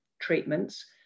treatments